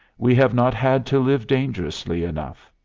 we have not had to live dangerously enough.